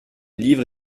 livre